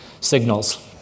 signals